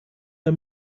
der